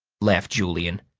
laughed julian.